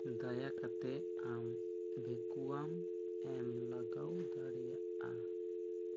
ᱫᱟᱭᱟᱠᱟᱛᱮᱜ ᱟᱢ ᱵᱮᱠᱩᱣᱟᱢ ᱮᱢ ᱞᱟᱜᱟᱣ ᱫᱟᱲᱮᱭᱟᱜᱼᱟ